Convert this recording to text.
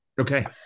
Okay